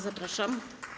Zapraszam.